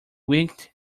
winked